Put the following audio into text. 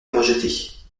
rejetés